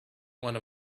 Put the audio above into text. one